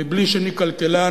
מבלי שאני כלכלן,